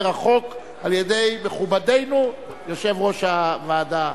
החוק על-ידי מכובדנו יושב-ראש הוועדה.